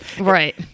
Right